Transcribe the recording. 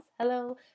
hello